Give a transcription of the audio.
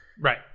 Right